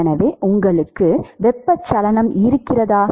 எனவே உங்களுக்கு வெப்பச்சலனம் இருக்கிறதா